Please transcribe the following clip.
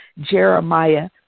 Jeremiah